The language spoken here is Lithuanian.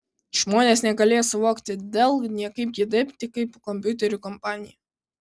žmonės negalėjo suvokti dell niekaip kitaip tik kaip kompiuterių kompaniją